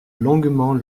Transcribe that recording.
longuement